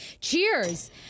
cheers